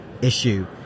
issue